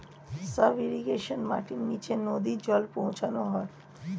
sub irrigation মাটির নিচে নদী জল পৌঁছানো হয়